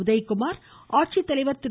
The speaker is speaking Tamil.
உதயகுமார் ஆட்சித்தலைவர் திரு